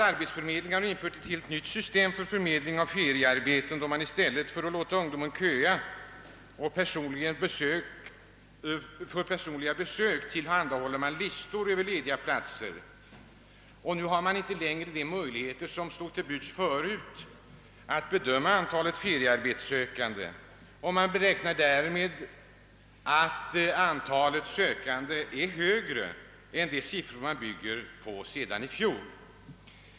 Arbetsförmedlingen har infört ett nytt system för fördelning av feriearbete, vilket innebär att man i stället för att låta ungdomen köa för ett personligt besök tillhandahåller listor över lediga platser. Nu har man inte längre de möjligheter som förut stod till buds att räkna antalet feriearbetssökande. Man beräknar emellertid att antalet sökande är högre i år än det var i fjol.